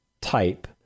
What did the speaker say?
type